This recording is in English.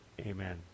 Amen